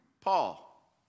Paul